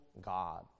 God